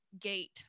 gate